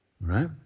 right